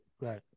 right